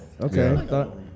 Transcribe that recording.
Okay